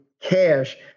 cash